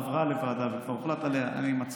ירצה ללמוד פחות, ילמד